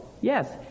Yes